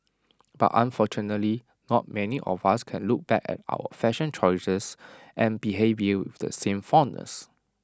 but unfortunately not many of us can look back at our fashion choices and behaviour with the same fondness